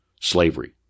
slavery